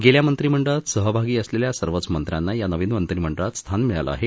गेल्या मंत्रिमंडळात सहभागी असलेल्या सर्वच मंत्र्यांना ह्या नवीन मंत्रिमंडळात स्थान मिळालं आहे